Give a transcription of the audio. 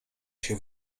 się